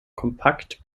kompakt